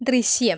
ദൃശ്യം